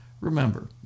Remember